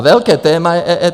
Velké téma je EET.